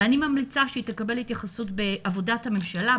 אני ממליצה שהיא תקבל התייחסות בעבודת הממשלה,